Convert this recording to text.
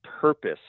purpose